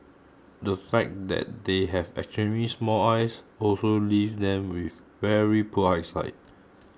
the fact that they have extremely small eyes also leaves them with very poor eyesight